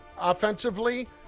offensively